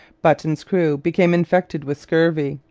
button's crew became infected with scurvy,